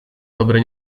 dobre